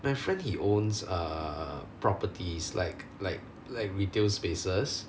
my friend he owns err properties like like like retail spaces